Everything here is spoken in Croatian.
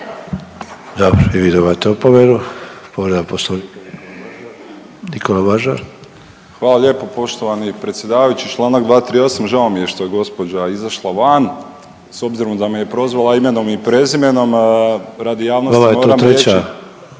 Vama je to treća,